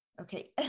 okay